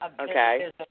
Okay